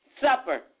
supper